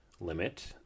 limit